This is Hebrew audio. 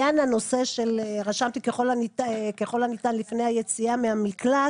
וככל הניתן לפני היציאה מהמקלט